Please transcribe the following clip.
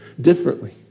differently